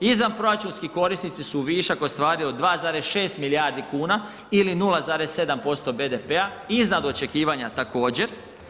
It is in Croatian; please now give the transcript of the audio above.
Izvanproračunski korisnici su višak ostvario od 2,6 milijardi kuna ili 0,7% BDP-a, iznad očekivanja također.